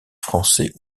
français